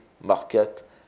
market